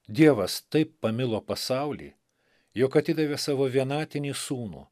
dievas taip pamilo pasaulį jog atidavė savo vienatinį sūnų